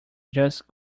just